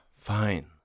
Fine